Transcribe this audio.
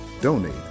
Donate